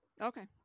Okay